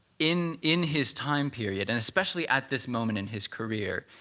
in in his time period, and especially at this moment in his career,